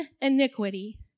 iniquity